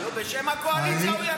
לא, בשם הקואליציה הוא יכול.